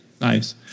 nice